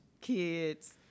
kids